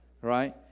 Right